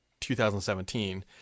2017